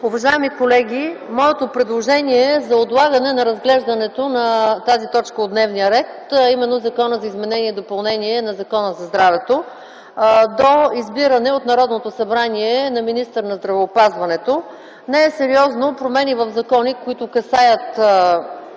Уважаеми колеги, моето предложение е за отлагане разглеждането на тази точка от дневния ред, а именно Законопроектът за изменение и допълнение на Закона за здравето до избиране от Народното събрание на министър на здравеопазването. Не е сериозно промени в закони, които касаят